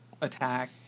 attack